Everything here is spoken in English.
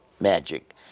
magic